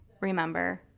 remember